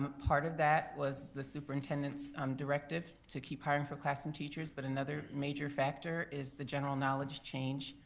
but part of that was the superintendent's um directive to keep hiring for classroom teachers but another major factor is the general knowledge change,